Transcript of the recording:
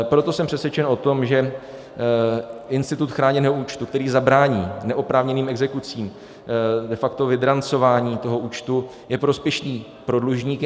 Proto jsem přesvědčen o tom, že institut chráněného účtu, který zabrání neoprávněným exekucím, de facto vydrancování toho účtu, je prospěšný pro dlužníky.